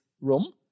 room